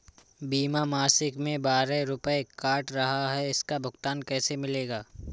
बीमा मासिक में बारह रुपय काट रहा है इसका भुगतान कैसे मिलेगा?